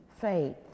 faith